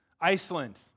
Iceland